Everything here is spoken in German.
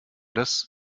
das